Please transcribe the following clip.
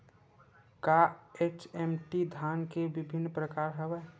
का एच.एम.टी धान के विभिन्र प्रकार हवय?